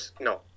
no